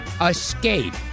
Escape